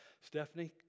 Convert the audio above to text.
Stephanie